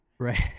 Right